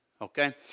Okay